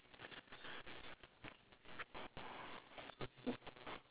your sheep got s~ got sitting down